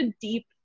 deep